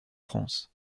france